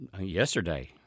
yesterday